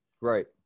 Right